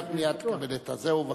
(קדימה): 4 מוחמד ברכה (חד"ש):